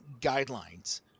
guidelines